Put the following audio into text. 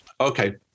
Okay